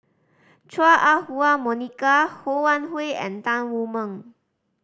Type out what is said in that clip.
Chua Ah Huwa Monica Ho Wan Hui and Tan Wu Meng